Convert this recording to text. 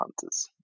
hunters